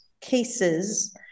cases